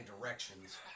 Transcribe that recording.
directions